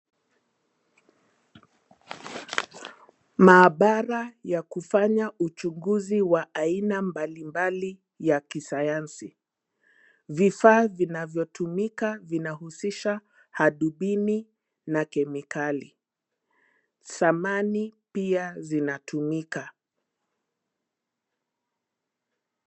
Maabara ya kufanya uchunguzi wa aina mbalimbali ya kisayansi. Vifaa vinavyotumika vinahusisha hadubini na kemikali. Samani pia zinatumika.